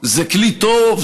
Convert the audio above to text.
זה כלי טוב,